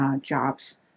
jobs